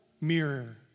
mirror